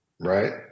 right